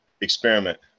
experiment